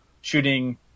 shooting